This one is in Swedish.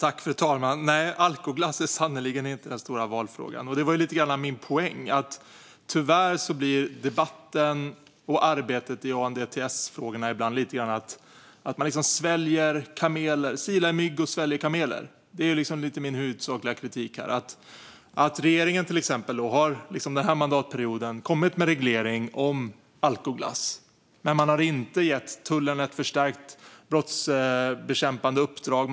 Fru talman! Nej, alkoglass är sannerligen inte den stora valfrågan, och det var lite grann min poäng. Tyvärr blir det ibland så i debatten om och arbetet med ANDTS-frågorna att man silar mygg och sväljer kameler. Det är min huvudsakliga kritik. Till exempel har regeringen den här mandatperioden kommit med reglering om alkoglass, men man har inte gett tullen ett förstärkt brottsbekämpande uppdrag.